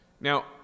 Now